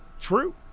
true